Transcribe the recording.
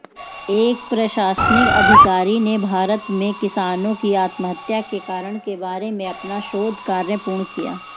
एक प्रशासनिक अधिकारी ने भारत में किसानों की आत्महत्या के कारण के बारे में अपना शोध कार्य पूर्ण किया